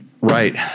Right